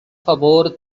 favor